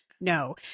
no